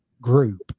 group